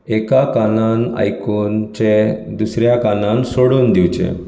एका कानांन आयकुनचे दुसऱ्या कानांन सोडून दिवचें